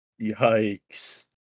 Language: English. Yikes